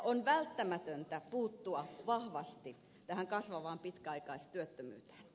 on välttämätöntä puuttua vahvasti tähän kasvavaan pitkäaikaistyöttömyyteen